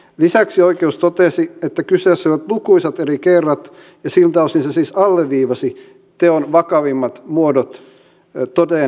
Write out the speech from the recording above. lisäksi oikeus totesi että kyseessä olivat lukuisat eri kerrat ja siltä osin se siis alleviivasi teon vakavimmat muodot toteen näytetyiksi